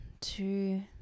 two